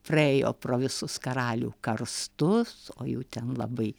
praėjo pro visus karalių karstus o jų ten labai